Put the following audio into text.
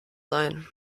sein